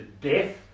death